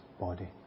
body